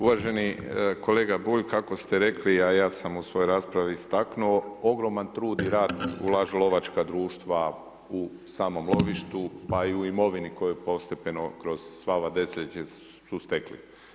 Uvaženi kolega Bulj, kako ste rekli, a ja sam u svojoj raspravi istaknuo, ogroman trud i rad ulažu lovačka društva u samom lovištu pa i u imovini koju postepeno kroz sva ova desetljeća su stekli.